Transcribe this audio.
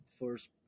first